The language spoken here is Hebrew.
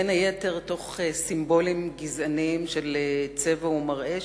בין היתר תוך סימבולים גזעניים של צבע ומראה,